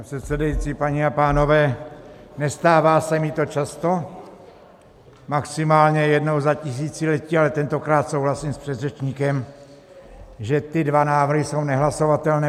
Pane předsedající, paní a pánové, nestává se mi to často, maximálně jednou za tisíciletí, ale tentokrát souhlasím s předřečníkem, že ty dva návrhy jsou nehlasovatelné.